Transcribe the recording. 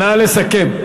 נא לסכם.